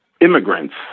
immigrants